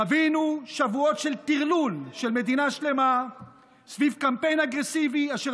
חווינו שבועות של טרלול של מדינה שלמה סביב קמפיין אגרסיבי אשר